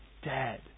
Dead